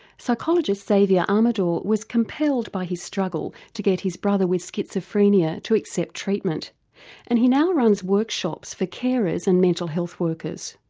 psychologists xavier amador was compelled by his struggle to get his brother with schizophrenia to accept treatment and he now runs workshops for carers and mental health workers.